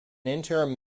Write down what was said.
interim